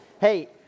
hey